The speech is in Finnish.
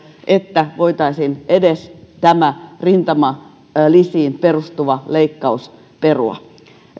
että voitaisiin edes tämä rintamalisiin perustuva leikkaus perua